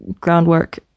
groundwork